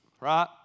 Right